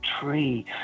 tree